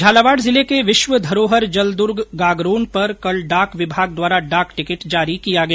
झालावाड जिले के विश्व धरोहर जलदुर्ग गागरोन पर कल डाक विभाग द्वारा डाक टिकिट जारी किया गया